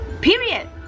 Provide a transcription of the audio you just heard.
period